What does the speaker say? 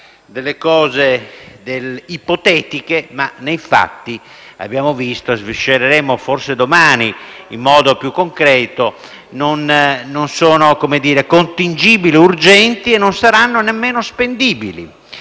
delle cose ipotetiche, ma nei fatti abbiamo visto - lo sviscereremo forse domani in modo più concreto - che non sono contingibili, urgenti e nemmeno spendibili.